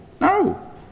No